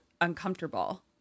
uncomfortable